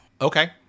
Okay